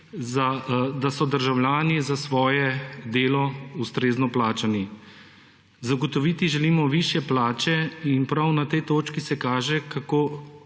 da so državljani za svoje delo ustrezno plačani. Zagotoviti želimo višje plače in prav na tej točki se kaže, kako